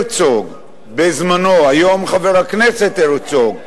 הרצוג בזמנו, היום חבר הכנסת הרצוג,